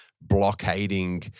blockading